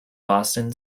boston